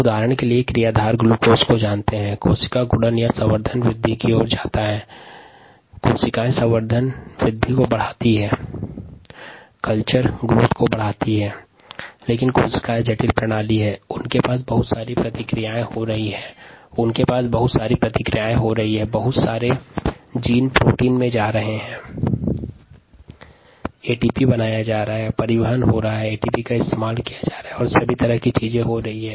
उदाहरण के लिए क्रियाधार ग्लूकोज की उपस्थिति में कोशिका गुणन या कोशिका वृद्धि होती हैं लेकिन कोशिका एक जटिल तंत्र हैं जिसमे बहुत सारी प्रक्रियाएं हो रही हैं भिन्न प्रकार के जीन प्रोटीन निर्माण कर रहें हैं एटीपी का संश्लेषण और परिवहन हो रहा है एटीपी का इस्तेमाल हो रहा है एवं इसी तरह विभिन्न प्रक्रियाएं हो रही हैं